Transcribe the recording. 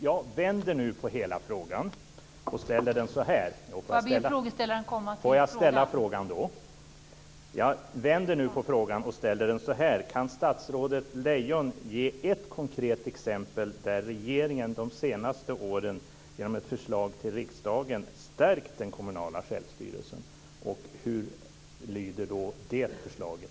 Jag vänder nu på hela frågan, och ställer den så här: Kan statsrådet Lejon ge ett konkret exempel där regeringen de senaste åren genom ett förslag till riksdagen stärkt den kommunala självstyrelsen? Hur lyder det förslaget?